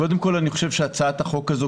קודם כול כשתעבור שהצעת החוק הזו,